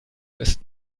ist